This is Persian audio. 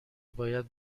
باید